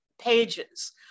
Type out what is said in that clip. pages